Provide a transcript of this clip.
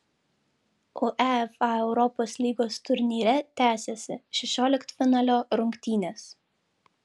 uefa europos lygos turnyre tęsėsi šešioliktfinalio rungtynės